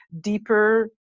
deeper